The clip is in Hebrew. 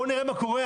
בואו נראה מה קורה,